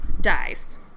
dies